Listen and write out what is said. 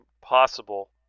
Possible